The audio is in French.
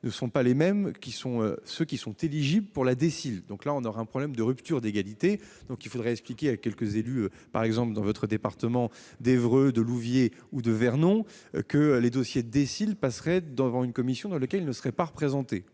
ne sont pas les mêmes que ceux qui sont éligibles pour la DSIL. Il y aurait donc rupture d'égalité. Il faudrait expliquer à quelques élus, par exemple, dans votre département, d'Évreux, de Louviers ou de Vernon, que les dossiers de DSIL passeraient devant une commission dans laquelle ils ne seraient pas représentés.